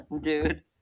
dude